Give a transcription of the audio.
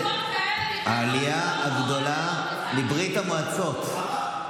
העלייה הגדולה מברית המועצות,